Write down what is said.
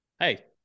Hey